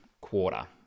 quarter